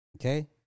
Okay